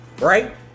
right